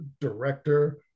director